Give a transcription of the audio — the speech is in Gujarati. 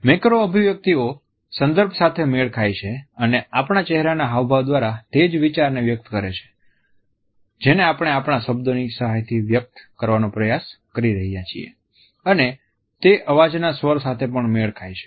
મેક્રો અભિવ્યક્તિઓ સંદર્ભ સાથે મેળ ખાય છે અને આપણા ચહેરાના હાવભાવ દ્વારા તે જ વિચાર ને વ્યક્ત કરે છે જેને આપણે આપણા શબ્દોની સહાયથી વ્યક્ત કરવાનો પ્રયાસ કરી રહ્યા છીએ અને તે અવાજના સ્વર સાથે પણ મેળ ખાય છે